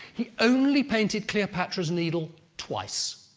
he only painted cleopatra's needle twice.